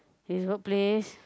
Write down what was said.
his workplace